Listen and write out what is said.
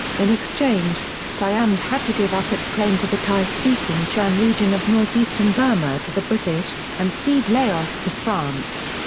in exchange, siam had to give up its claim to the thai-speaking shan region of north-eastern burma to the british, and cede laos to france.